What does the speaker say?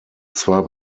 zwar